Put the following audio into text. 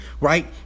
right